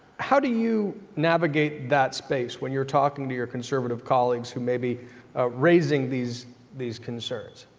how do you navigate that space when you are talking to your conservative colleagues who may be raising these these concerns?